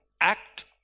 act